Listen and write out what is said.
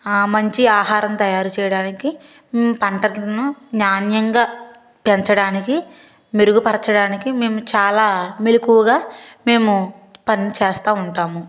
మంచి ఆహారం తయారు చేయడానికి పంటలను నాణ్యంగా పెంచడానికి మెరుగుపరచడానికి మేము చాలా మెలుకువగా మేము పని చేస్తా ఉంటాము